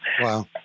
Wow